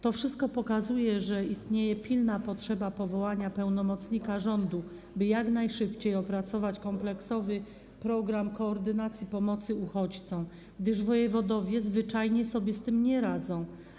To wszystko pokazuje, że istnieje pilna potrzeba powołania pełnomocnika rządu, by jak najszybciej opracować kompleksowy program koordynacji pomocy uchodźcom, gdyż wojewodowie zwyczajnie sobie z tym nie radzą.